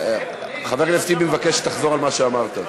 חבר הכנסת טיבי מבקש שתחזור על מה שאמרת.